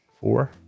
four